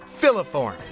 Filiform